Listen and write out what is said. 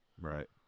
Right